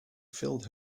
filled